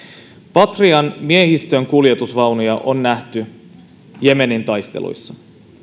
patrian miehistönkuljetusvaunuja on nähty jemenin taisteluissa